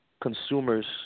consumers